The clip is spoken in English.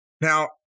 Now